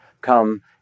Come